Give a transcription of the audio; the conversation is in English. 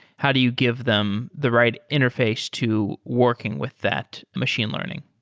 how do you give them the right interface to working with that machine learning?